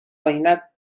veïnat